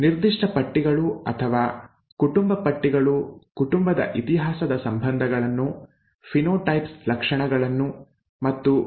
ನಿರ್ದಿಷ್ಟ ಪಟ್ಟಿಗಳು ಅಥವಾ ಕುಟುಂಬ ಪಟ್ಟಿಗಳು ಕುಟುಂಬದ ಇತಿಹಾಸದ ಸಂಬಂಧಗಳನ್ನು ಫಿನೋಟೈಪ್ಸ್ ಲಕ್ಷಣಗಳನ್ನು ಮತ್ತು ಗುಣಲಕ್ಷಣಗಳನ್ನು ತೋರಿಸುತ್ತವೆ